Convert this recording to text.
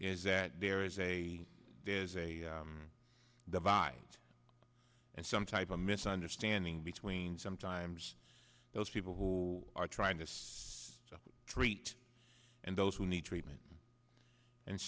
is that there is a there's a divide and some type of misunderstanding between sometimes those people who are trying to treat and those who need treatment and